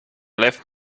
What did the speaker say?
left